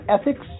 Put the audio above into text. ethics